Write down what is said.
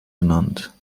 genannt